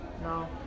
No